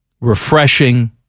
refreshing